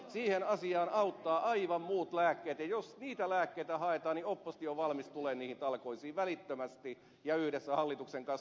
siihen asiaan auttavat aivan muut lääkkeet ja jos niitä lääkkeitä haetaan niin oppositio on valmis tulemaan niihin talkoisiin välittömästi ja yhdessä hallituksen kanssa